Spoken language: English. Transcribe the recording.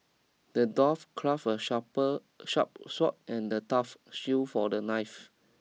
the dwarf craft a sharper sharp sword and a tough shield for the knife